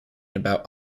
about